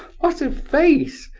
what a face!